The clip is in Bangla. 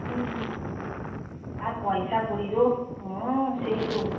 হুম হুম আর পয়সাকড়িরও হুম সেই তো